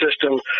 system